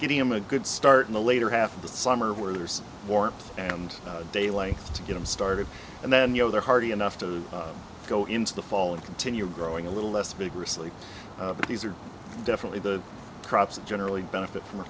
getting them a good start in the later half of the summer where there's warm and daily to get them started and then you know they're hardy enough to go into the fall and continue growing a little less vigorously but these are definitely the crops and generally benefit from a